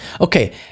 Okay